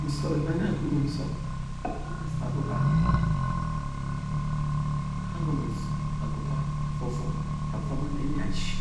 Nsob ebani agomo nsob agomo asara uba agomo nsob agomo nsob avovongo, avongo neni ashi,